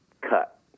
cut